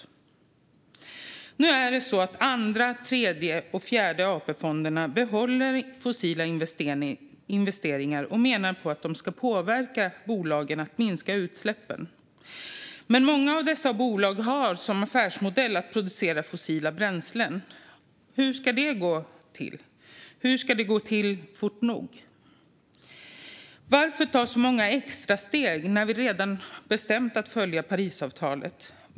Det är också så att Andra, Tredje och Fjärde AP-fonden behåller fossila investeringar och menar på att de ska påverka bolagen att minska utsläppen. Men många av dessa bolag har som affärsmodell att producera fossila bränslen, så hur ska det gå till? Och hur ska det ske fort nog? Varför ta så många extra steg, när vi redan bestämt att följa Parisavtalet?